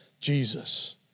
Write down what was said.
Jesus